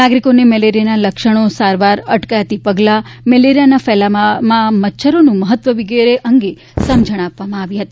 નાગરિકોને મેલેરિયાના લક્ષણો સારવાર અટકાયતી પગલાં મેલેરિયાના ફેલાવામાં મચ્છરોનું મહત્વ વિગેરે અંગે સમજણ આપવામાં આવી હતી